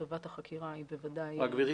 טובת החקירה היא בוודאי --- רק גברתי